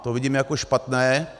To vidím jako špatné.